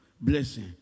blessing